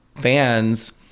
fans